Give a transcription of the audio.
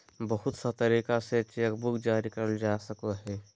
बहुत सा तरीका से चेकबुक जारी करल जा सको हय